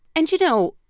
and, you know,